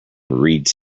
reeds